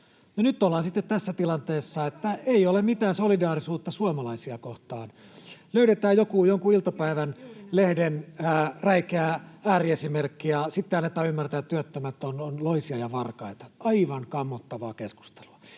nyt ollaan sitten tässä tilanteessa, että ei ole mitään solidaarisuutta suomalaisia kohtaan. Löydetään joku jonkun iltapäivälehden räikeä ääriesimerkki, ja sitten annetaan ymmärtää, että työttömät ovat loisia ja varkaita — aivan kammottavaa keskustelua.